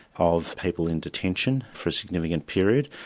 of people in detention for a significant period,